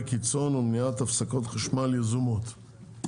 קיצון ומניעת הפסקות חשמל יזומות.